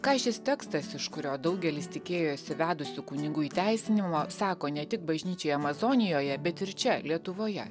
ką šis tekstas iš kurio daugelis tikėjosi vedusių kunigų įteisinimo sako ne tik bažnyčiai amazonijoje bet ir čia lietuvoje